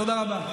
תודה רבה.